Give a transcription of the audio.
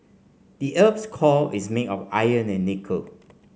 the earth's core is made of iron and nickel